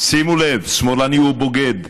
שימו לב: שמאלני הוא בוגד,